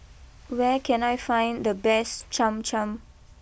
where can I find the best Cham Cham